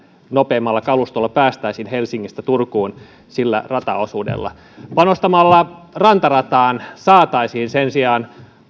nopeimmalla kalustolla päästäisiin helsingistä turkuun sillä rataosuudella panostamalla rantarataan saataisiin sen sijaan